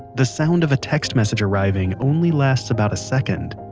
the sound of a text message arriving only lasts about a second,